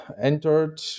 entered